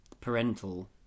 parental